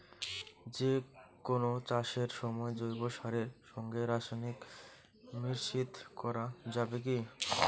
যে কোন চাষের সময় জৈব সারের সঙ্গে রাসায়নিক মিশ্রিত করা যাবে কি?